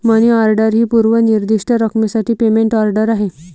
मनी order ही पूर्व निर्दिष्ट रकमेसाठी पेमेंट ऑर्डर आहे